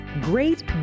Great